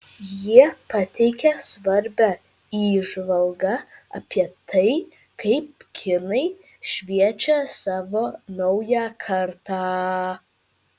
jie pateikia svarbią įžvalgą apie tai kaip kinai šviečia savo naują kartą